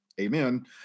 Amen